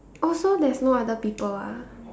oh so there's no other people ah